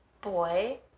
boy